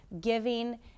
giving